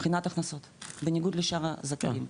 בחינת הכנסות בניגוד לשאר הזכאים,